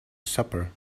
supper